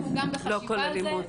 אנחנו גם בחשיבה על זה,